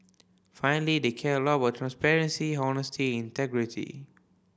finally they care a lot about transparency honesty and integrity